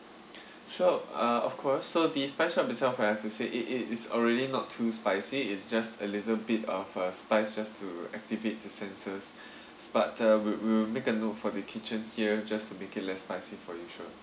sure uh of course so the spice of itself I have to say it it is already not too spicy it's just a little bit of a spice just to activate the senses but uh we will will make a note for the kitchen here just to make it less spicy for you sure